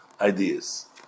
ideas